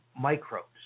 microbes